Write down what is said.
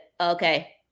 okay